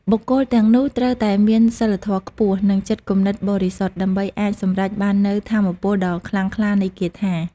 បុគ្គលទាំងនោះត្រូវតែមានសីលធម៌ខ្ពស់ និងចិត្តគំនិតបរិសុទ្ធ ដើម្បីអាចសម្រេចបាននូវថាមពលដ៏ខ្លាំងក្លានៃគាថា។